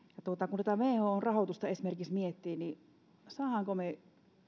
kun tätä whon rahoitusta esimerkiksi miettii niin saammeko me